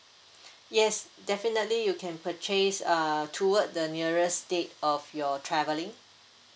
yes definitely you can purchase uh toward the nearest date of your travelling